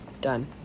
done